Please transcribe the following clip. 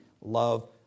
love